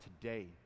today